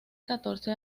catorce